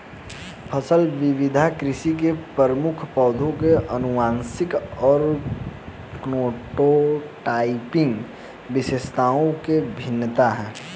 फसल विविधता कृषि में प्रयुक्त पौधों की आनुवंशिक और फेनोटाइपिक विशेषताओं में भिन्नता है